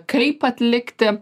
kaip atlikti